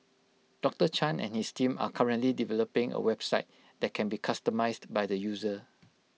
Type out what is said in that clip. doctor chan and his team are currently developing A website that can be customised by the user